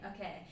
okay